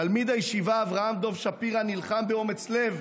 תלמיד הישיבה אברהם דוב שפירא נלחם באומץ לב,